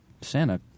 Santa